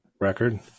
record